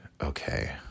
okay